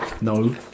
No